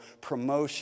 promotion